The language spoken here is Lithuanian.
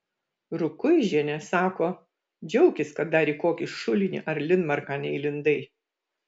rukuižienė sako džiaukis kad dar į kokį šulinį ar linmarką neįlindai